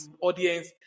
audience